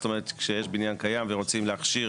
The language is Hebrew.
זאת אומרת כשיש בניין קיים ורוצים להכשיר